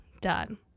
done